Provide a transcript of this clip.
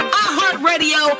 iHeartRadio